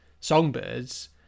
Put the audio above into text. songbirds